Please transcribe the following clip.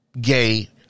gay